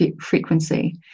frequency